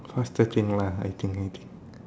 faster think lah I think I think